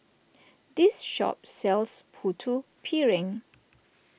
this shop sells Putu Piring